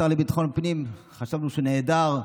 השר לביטחון פנים, חשבנו שהוא נעדר,